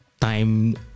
time